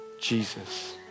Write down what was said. Jesus